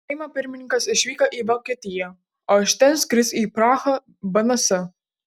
seimo pirmininkas išvyko į vokietiją o iš ten skris į prahą bns